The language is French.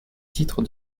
titre